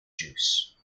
juice